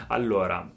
Allora